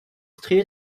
strié